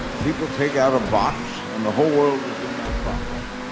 people take out a box. and the whole world is in that box.